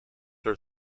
are